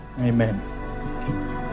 Amen